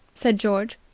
said george.